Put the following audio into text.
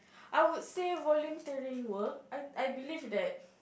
I would say volunteering work I I believe that